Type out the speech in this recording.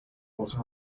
what